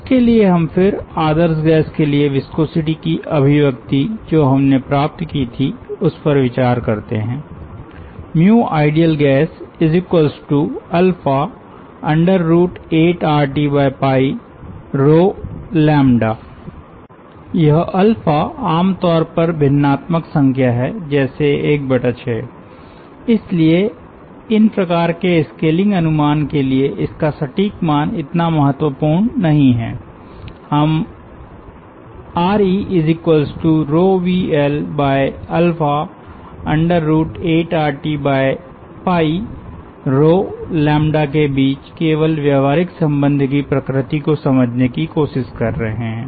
उसके लिए हम फिर आदर्श गैस के लिए विस्कोसिटी की अभिव्यक्ति जो हमने प्राप्त की थी उस पर विचार करते हैं ideal gas8RT यह अल्फा आमतौर पर भिन्नात्मक संख्या है जैसे १६ इसलिए इन प्रकार के स्केलिंग अनुमान के लिए इसका सटीक मान इतना महत्वपूर्ण नहीं है हम Re VL8RT के बीच केवल व्यावहारिक संबंध की प्रकृति को समझने की कोशिश कर रहे हैं